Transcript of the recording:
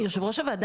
יושב-ראש הוועדה,